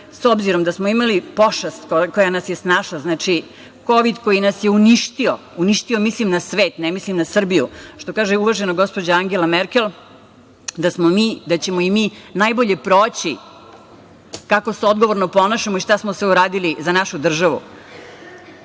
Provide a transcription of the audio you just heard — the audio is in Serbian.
s obzirom da smo imali pošast koja nas je snašla, kovid, koji nas je uništio, mislim na svet, ne mislim na Srbiju, što kaže uvažena gospođa Argela Merkel, da ćemo mi najbolje proći kako se odgovorno ponašamo i šta smo sve uradili za našu državu. Gotova